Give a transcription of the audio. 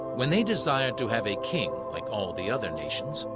when they desired to have a king like all the other nations,